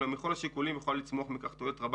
אולם במכלול השיקולים תוכל לצמוח מכך תועלת רבה